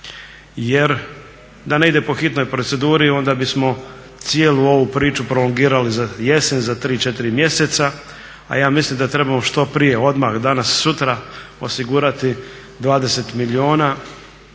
jer da ne ide po hitnoj proceduri onda bismo cijelu ovu priču prolongirali za jesen za 3, 4 mjeseca, a ja mislim da trebamo što prije, odmah, danas, sutra osigurati 20 milijuna